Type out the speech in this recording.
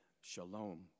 Shalom